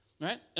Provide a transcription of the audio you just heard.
right